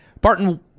Barton